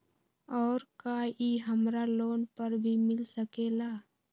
और का इ हमरा लोन पर भी मिल सकेला?